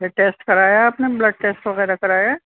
ڈ ٹیسٹ کرایا آ نے بلڈ ٹیسٹ وغیرہ کرایا ہے